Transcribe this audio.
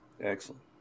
Excellent